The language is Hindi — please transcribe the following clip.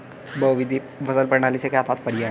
बहुविध फसल प्रणाली से क्या तात्पर्य है?